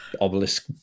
obelisk